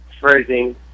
phrasing